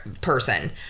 person